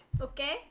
Okay